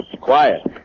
Quiet